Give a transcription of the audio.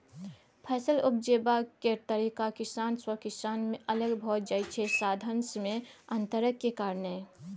फसल उपजेबाक तरीका किसान सँ किसान मे अलग भए जाइ छै साधंश मे अंतरक कारणेँ